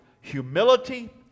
humility